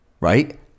right